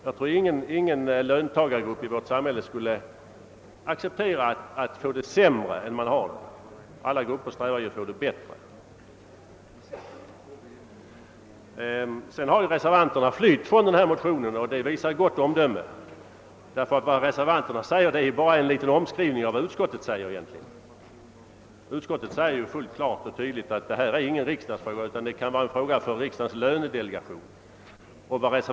Jag tror ingen löntagargrupp i vårt samhälle skulle acceptera att få det sämre än de har det; alla grupper strävar ju efter att få det bättre. Reservanterna har flytt från denna motion, och det visar gott omdöme. Vad reservanterna uttalat i reservationen är bara en liten omskrivning av vad utskottet sagt i sitt utlåtande. Utskottet har klart och tydligt framhållit att detta inte är någon riksdagsfråga; det kan vara en fråga för riksdagens lönedelegation att ta upp.